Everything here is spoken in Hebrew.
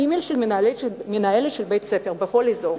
אימייל של מנהלות בתי-ספר בכל אזור.